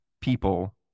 people